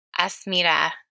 Asmira